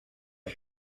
are